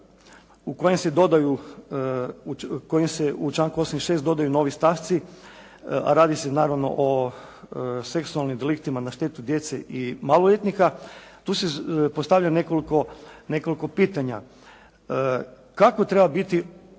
u kojem se u članku 86. dodaju novi stavci, a radi se naravno o seksualnim deliktima na štetu djece i maloljetnika. Tu se postavlja nekoliko pitanja. Kako treba biti